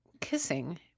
Kissing